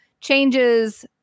changes